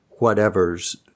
whatevers